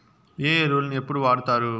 ఏ ఎరువులని ఎప్పుడు వాడుతారు?